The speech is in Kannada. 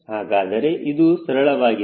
ಹಾಗಾದರೆ ಇದು ಸರಳವಾಗಿ ಇದೆ